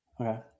Okay